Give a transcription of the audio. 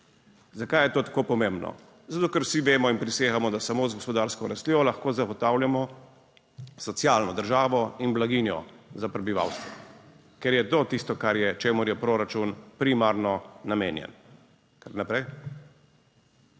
Zakaj je to tako pomembno? Zato, ker vsi vemo in prisegamo, da samo z gospodarsko rastjo lahko zagotavljamo socialno državo in blaginjo za prebivalstvo, ker je to tisto, čemur je proračun primarno namenjen. V tem